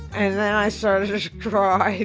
and then i started to cry.